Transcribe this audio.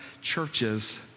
churches